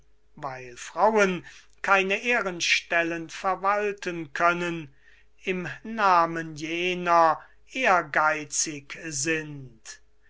weil frauen keine ehrenstellen verwalten können im namen jener ehrgeizig sind